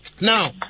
Now